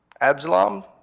Absalom